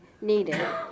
needed